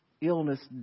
illness